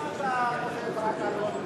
מה אתה קופץ רק על ראש ממשלה אחד